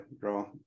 draw